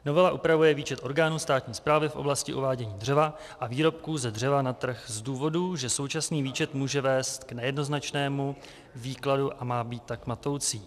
Novela upravuje výčet orgánů státní správy v oblasti uvádění dřeva a výrobků ze dřeva na trh z důvodů, že současný výčet může vést k nejednoznačnému výkladu a má být tak matoucí.